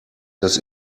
das